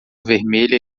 vermelha